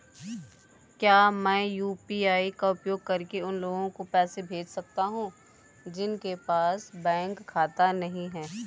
क्या मैं यू.पी.आई का उपयोग करके उन लोगों को पैसे भेज सकता हूँ जिनके पास बैंक खाता नहीं है?